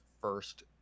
first